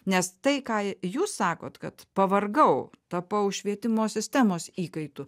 nes tai ką jūs sakot kad pavargau tapau švietimo sistemos įkaitu